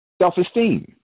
self-esteem